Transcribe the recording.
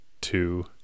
two